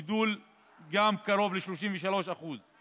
גידול של קרוב ל-33%;